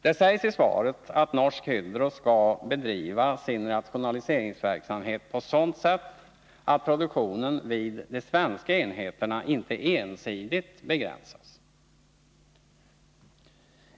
Det sägs i svaret att Norsk Hydro skall bedriva sin rationaliseringsverksamhet på sådant sätt att produktionen i de svenska enheterna inte ensidigt begränsas.